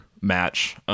match